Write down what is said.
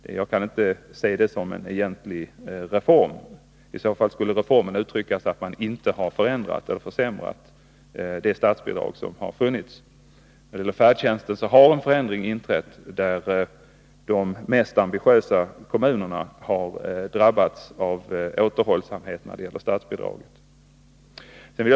Jag kan inte se detta som en egentlig reform. I så fall skulle reformen ha tagit sig det uttrycket att man inte försämrat det statsbidrag som funnits. När det gäller färdtjänsten har en förändring inträffat genom att de mest ambitiösa kommunerna drabbats av en återhållsamhet i statsbidragsgivningen.